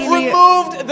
removed